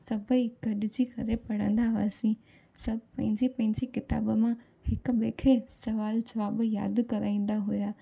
सभेई गॾिजी करे पढ़ंदा हुआसीं सभु पंहिंजी पंहिंजी किताबु मां हिकु ॿिए खे सुवालु जवाबु यादि कराईंदा हुआ